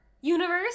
Universe